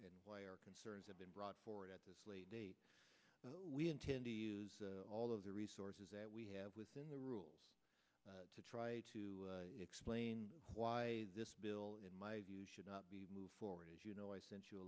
and why our concerns have been brought forward at this late date so we intend to use all of the resources that we have within the rules to try to explain why this bill in my view should not be moved forward as you know i sent you a